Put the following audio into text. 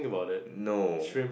no